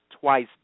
twice